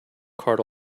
cart